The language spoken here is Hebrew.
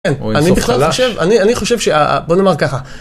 אני חושב ש... בוא נאמר ככה.